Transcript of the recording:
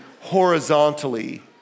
horizontally